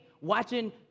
watching